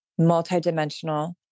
multidimensional